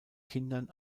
kindern